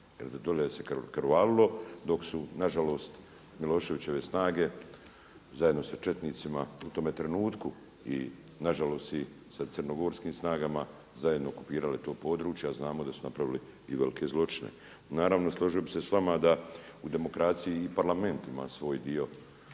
dole se krvarilo dok su na žalost Miloševićeve snage zajedno sa četnicima u tome trenutku i na žalost i sa crnogorskim snagama zajedno okupirale to područje, a znamo da su napravili i velike zločine. Naravno, složio bih se sa vama da u demokraciji i Parlament ima svoj dio